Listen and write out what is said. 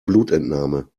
blutentnahme